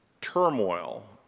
turmoil